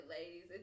ladies